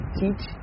teach